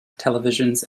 televisions